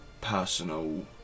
personal